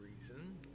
reason